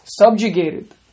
subjugated